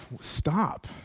stop